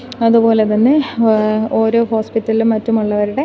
അതുപോലെതന്നെ ഓരോ ഹോസ്പിറ്റലിലും മറ്റുമുള്ളവരുടെ